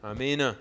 Amen